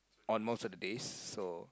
almost of the days so